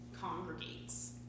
congregates